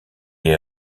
est